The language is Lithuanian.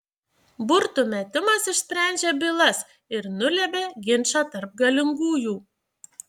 burtų metimas išsprendžia bylas ir nulemia ginčą tarp galingųjų